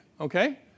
Okay